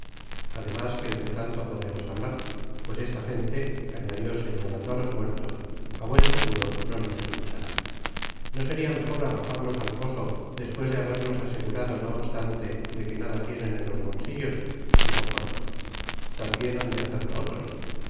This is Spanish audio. además que entretanto podremos hablar pues esta gente añadió señalando á los muertos á buen seguro no nos escuchará no seria mejor arrojarlos al foso despues de habernos asegurado no obstante de que nada tienen en los bolsillos dijo porthos tambien han de hacerlo otros